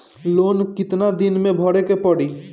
Loan कितना दिन मे भरे के पड़ी?